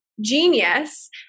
genius